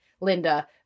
Linda